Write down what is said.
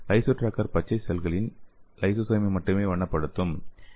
லைசோ tracker பச்சை செல்களின் லைசோசோமை மட்டுமே வண்ணப்படுத்தும்